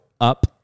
up